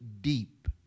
deep